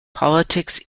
politics